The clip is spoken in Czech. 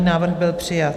Návrh byl přijat.